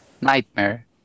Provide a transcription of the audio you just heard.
nightmare